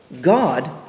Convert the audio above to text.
God